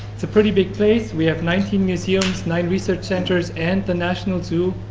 it's a pretty big place. we have nineteen museums, nine research centers and the national zoo.